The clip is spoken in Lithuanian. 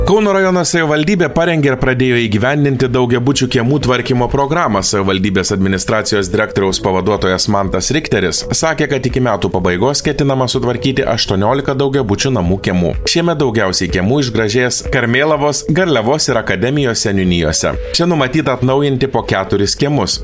kauno rajono savivaldybė parengė ir pradėjo įgyvendinti daugiabučių kiemų tvarkymo programą savivaldybės administracijos direktoriaus pavaduotojas mantas richteris sakė kad iki metų pabaigos ketinama sutvarkyti aštuoniolika daugiabučių namų kiemų šiemet daugiausiai kiemų išgražės karmėlavos garliavos ir akademijos seniūnijose čia numatyta atnaujinti po keturis kiemus